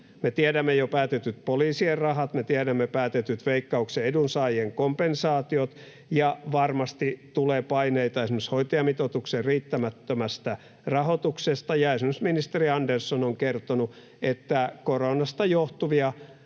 Me tiedämme jo päätetyt poliisien rahat, me tiedämme päätetyt Veikkauksen edunsaajien kompensaatiot, ja varmasti tulee paineita esimerkiksi hoitajamitoituksen riittämättömästä rahoituksesta, ja esimerkiksi ministeri Andersson on kertonut, että koronasta johtuvia